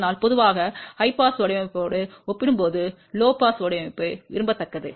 அதனால் பொதுவாக உயர் பாஸ் வடிவமைப்போடு ஒப்பிடும்போது குறைந்த பாஸ் வடிவமைப்பு விரும்பத்தக்கது